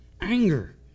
Anger